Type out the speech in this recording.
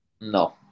No